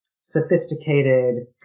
sophisticated